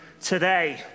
today